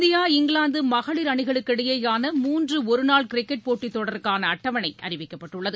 India இங்கிலாந்து மகளிர் அணிக்களுக்கிடையேயான மூன்று ஒரு நாள் கிரிக்கெட் போட்டித் தொடருக்கான அட்டவணை அறிவிக்கப்பட்டுள்ளது